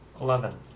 Eleven